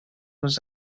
was